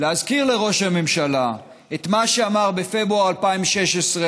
להזכיר לראש הממשלה את מה שאמר בפברואר 2016,